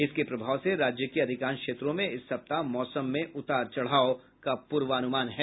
इसके प्रभाव से राज्य के अधिकांश क्षेत्रों में इस सप्ताह मौसम में उतार चढाव का पूर्वानुमान है